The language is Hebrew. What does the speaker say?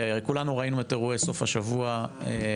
כולנו ראינו את אירועי סוף השבוע ברוסיה.